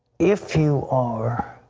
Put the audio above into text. if you are,